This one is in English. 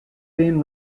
been